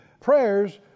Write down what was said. prayers